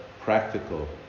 practical